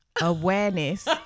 Awareness